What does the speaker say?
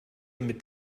mit